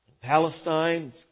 Palestine